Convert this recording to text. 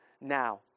now